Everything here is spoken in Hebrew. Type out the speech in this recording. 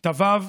כתביו,